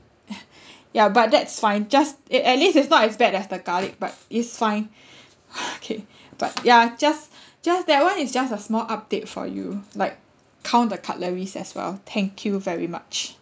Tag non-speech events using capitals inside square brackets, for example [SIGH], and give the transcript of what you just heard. [LAUGHS] ya but that's fine just it at least it's not as bad as the garlic but it's fine [LAUGHS] okay but ya just just that one is just a small update for you like count the cutleries as well thank you very much